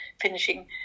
finishing